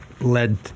led